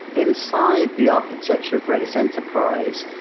inside the architecture of redis enterprise,